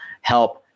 help